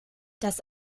das